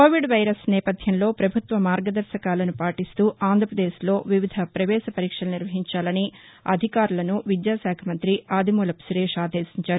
Covid virus నేపథ్యంలో పభుత్వ మార్గదర్శకాలను పాటిస్తూ ఆంధ్రప్రదేశ్లో వివిధ పవేశ పరీక్షలు నిర్వహించాలని అధికారులను విద్యా శాఖ మంతి ఆదిమూలపు సురేష్ ఆదేశించారు